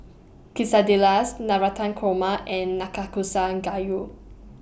Quesadillas Navratan Korma and Nanakusa Gayu